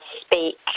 speak